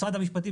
משרד המשפטים,